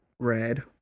red